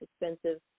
expensive